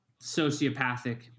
sociopathic